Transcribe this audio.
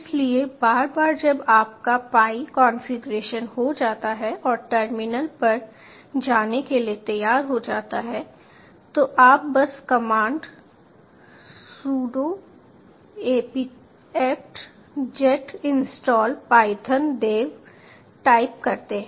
इसलिए एक बार जब आपका पाई कॉन्फ़िगर हो जाता है और टर्मिनल पर जाने के लिए तैयार हो जाता है तो आप बस command sudo apt get install python dev type करते हैं